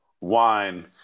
wine